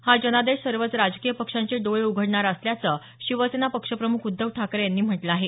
हा जनादेश सर्वच राजकीय पक्षांचे डोळे उघडणारा असल्याचं शिवसेना पक्षप्रम्ख उद्धव ठाकरे यांनी म्हटलं आहे